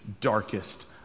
darkest